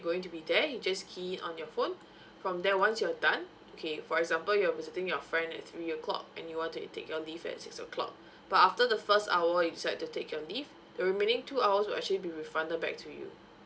going to be there you just key in on your phone from there once you're done okay for example you're visiting your friend at three o'clock and you want to take your leave at six o'clock but after the first hour you decide to take your leave the remaining two hours will actually be refunded back to you